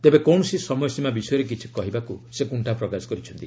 ତେବେ କୌଣସି ସମୟସୀମା ବିଷୟରେ କିଛି କହିବାକୁ ସେ କୁଣ୍ଠା ପ୍ରକାଶ କରିଛନ୍ତି